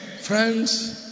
Friends